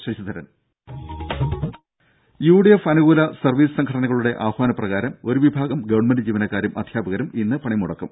ശശിധരൻ രും യുഡിഎഫ് അനുകൂല സർവീസ് സംഘടനകളുടെ ആഹ്വാന പ്രകാരം ഒരു വിഭാഗം ഗവൺമെന്റ് ജീവനക്കാരും അധ്യാപകരും ഇന്ന് പണിമുടക്കും